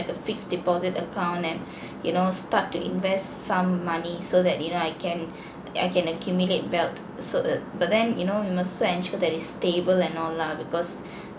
a fixed deposit account and you know start to invest some money so that you know I can I can accumulate wealth so err but then you know you must still ensure that it is stable and all lah because